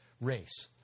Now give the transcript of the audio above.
Race